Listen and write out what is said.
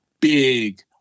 big